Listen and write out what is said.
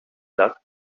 luck